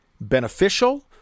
beneficial